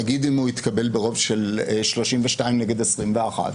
נגיד אם הוא התקבל ברוב של 32 נגד 21,